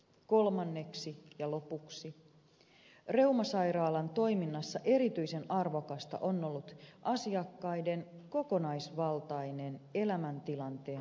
kolmanneksi ja lopuksi reumasairaalan toiminnassa erityisen arvokasta on ollut asiakkaiden kokonaisvaltainen elämäntilanteen huomioiminen